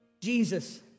Jesus